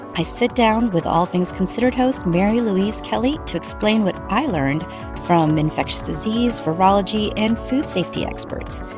i sit down with all things considered host mary louise kelly to explain what i learned from infectious disease, virology and food safety experts.